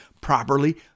properly